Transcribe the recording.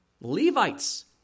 Levites